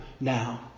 now